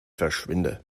verschwinde